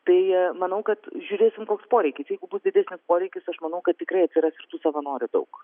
tai manau kad žiūrėsim koks poreikis jeigu bus didesnis poreikis aš manau kad tikrai atsiras ir tų savanorių daug